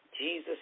Jesus